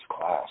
class